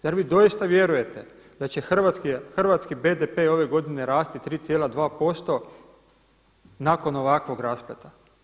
Zar vi doista vjerujete da će hrvatski BDP ove godine rasti 3,2% nakon ovakvog raspleta.